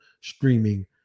streaming